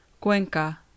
Cuenca